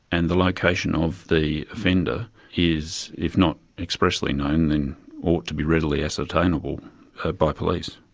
and the location of the offender is, if not expressly known, then ought to be readily ascertainable by police.